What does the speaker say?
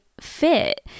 fit